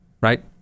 right